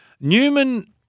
Newman